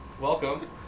Welcome